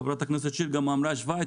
חברת הכנסת שיר גם אמרה שוויץ,